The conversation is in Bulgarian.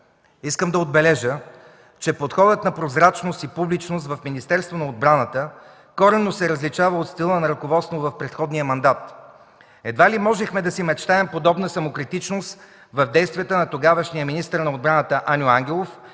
Искам да отбележа, че подходът на прозрачност и публичност в Министерството на отбраната коренно се различава от стила на ръководство в предходния мандат. Едва ли можехме да си мечтаем подобна самокритичност в действията на тогавашния министър на отбраната Аню Ангелов